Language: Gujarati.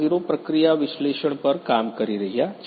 0 પ્રક્રિયા વિશ્લેષણ પર કામ કરી રહ્યા છે